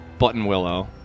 Buttonwillow